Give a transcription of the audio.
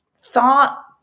thought